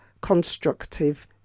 constructive